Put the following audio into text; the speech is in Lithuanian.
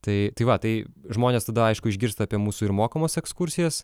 tai tai va tai žmonės tada aišku išgirsta apie mūsų ir mokamas ekskursijas